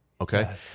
Okay